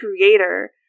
Creator